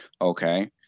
okay